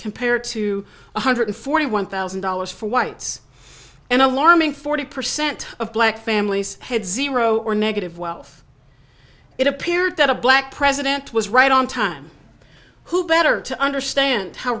compared to one hundred forty one thousand dollars for whites an alarming forty percent of black families had zero or negative wealth it appeared that a black president was right on time who better to understand how